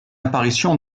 apparition